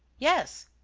yes.